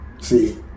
See